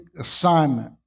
assignment